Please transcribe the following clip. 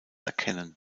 erkennen